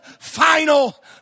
final